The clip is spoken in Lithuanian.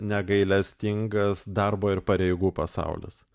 negailestingas darbo ir pareigų pasaulis